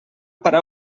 parar